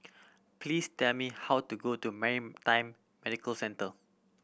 please tell me how to go to Maritime Medical Centre